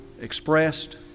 expressed